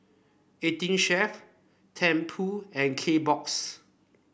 Eighteen Chef Tempur and Kbox